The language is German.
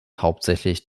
hauptsächlich